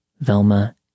Velma